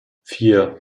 vier